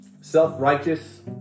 Self-righteous